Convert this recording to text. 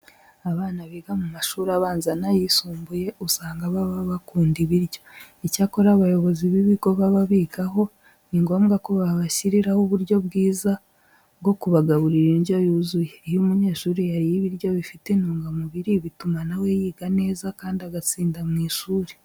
Abana biga mu mashuri abanza n'ayisumbuye usanga baba bakunda ibiryo. Icyakora abayobozi b'ibigo baba bigaho ni ngombwa ko babashyiriraho uburyo bwiza bwo kubagaburira indyo yuzuye. Iyo umunyeshuri yariye ibiryo bifite intungamubiri bituma na we yiga neza kandi agatsinda mu ishuri.